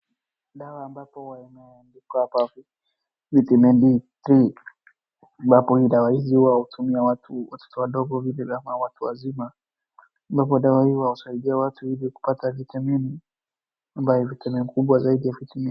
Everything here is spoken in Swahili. Dawa ambapo imeandikwa hapa Vitamin D3 , ambapo dawa hizi huwa hutumia watu, watoto wadogo vilevile watu wazima, ambapo dawa hio huwasaidia watu ili kupata vitamini ambaye vitamini kubwa zaidi ya vitamini...